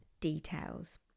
details